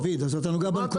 דוד אז אתה נוגע בנקודה.